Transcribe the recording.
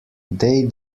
they